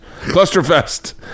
Clusterfest